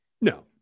No